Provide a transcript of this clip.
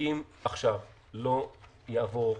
אם עכשיו לא יעבור כסף,